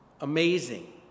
Amazing